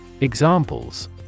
Examples